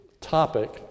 topic